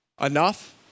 enough